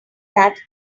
that